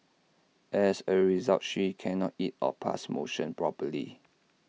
as A result she cannot eat or pass motion properly